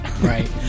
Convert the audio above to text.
Right